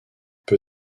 peu